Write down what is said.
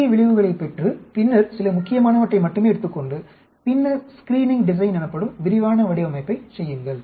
முக்கிய விளைவுகளைப் பெற்று பின்னர் சில முக்கியமானவற்றை மட்டுமே எடுத்துக் கொண்டு பின்னர் ஸ்கிரீனிங் டிசைன் எனப்படும் விரிவான வடிவமைப்பைச் செய்யுங்கள்